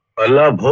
my love.